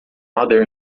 other